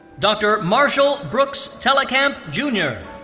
dr. marshall brooks tellekamp jr.